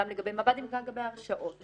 גם לגבי מב"דים וגם לגבי הרשעות.